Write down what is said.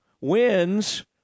wins